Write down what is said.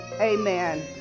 amen